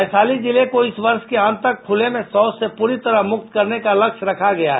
वैशाली जिले को इस वर्ष के अंत तक खुले में शौच से पूरी तरह मुक्त करने का लक्ष्य रखा गया है